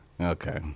Okay